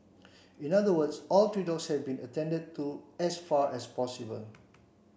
in other words all three dogs have been attended to as far as possible